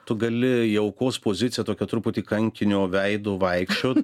tu gali į aukos poziciją tokiu truputį kankinio veidu vaikščiot